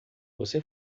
você